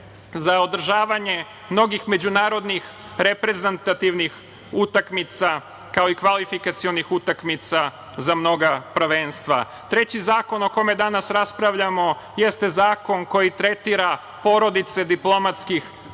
za održavanje mnogih međunarodnih reprezentativnih utakmica, kao i kvalifikacionih utakmica za mnoga prvenstva. Treći zakon o kome danas raspravljamo jeste zakon koji tretira porodice diplomatskih